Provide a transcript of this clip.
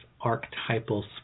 archetypal